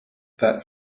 that